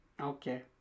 okay